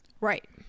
Right